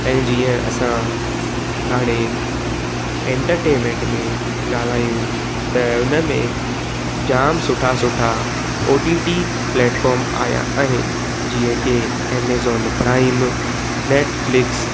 ऐं जीअं असां हाणे एंटरटेंमेंट में ॻाल्हायूं त हुनमें जाम सुठा सुठा ओ टी टी प्लेटफॉम आया आहिनि जीअं की एमेज़ोन प्राइम नेटफ्लिक्स